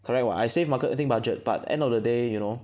correct [what] I save marketing budget but end of the day you know